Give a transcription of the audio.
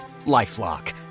LifeLock